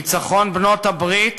ניצחון בעלות-הברית